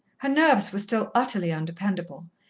her nerves were still utterly undependable,